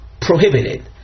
prohibited